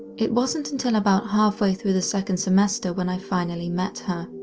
it wasn't until about half way through the second semester when i finally met her.